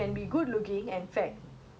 orh okay okay